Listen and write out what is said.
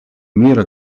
мира